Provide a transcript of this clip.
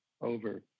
over